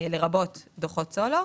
לרבות דוחות סולו.